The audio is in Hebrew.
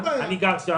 אני גר שם.